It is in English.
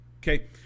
Okay